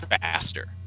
Faster